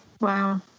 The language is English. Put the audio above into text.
Wow